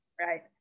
right